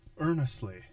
earnestly